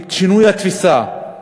את שינוי התפיסה,